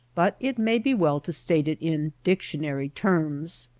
but it may be well to state it in dictionary terms